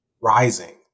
Rising